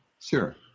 Sure